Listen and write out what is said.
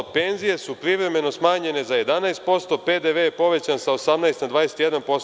Penzije su privremeno smanjene za 11%, PDV je povećan sa 18 na 21%